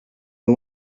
you